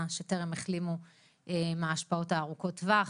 שטרם החלימו מההשפעות ארוכות הטווח.